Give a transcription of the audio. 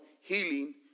healing